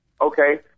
Okay